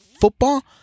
football